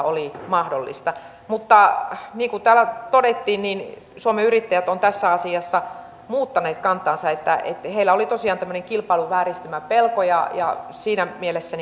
oli mahdollista mutta niin kuin täällä todettiin suomen yrittäjät on tässä asiassa muuttanut kantaansa heillä oli tosiaan tämmöinen kilpailuvääristymän pelko ja ja siinä mielessä